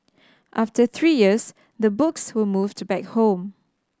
after three years the books were moved back home